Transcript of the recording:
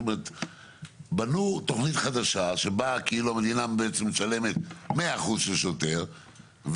בנו תוכנית חדשה שבה המדינה משלמת 100% של שוטר,